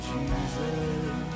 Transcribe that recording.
Jesus